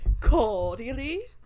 Cordially